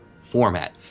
format